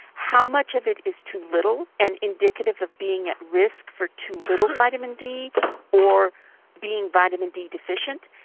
how much of it is too little and indicative of being at risk for too little vitamin d or being vitamin d deficient?